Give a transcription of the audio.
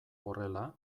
horrela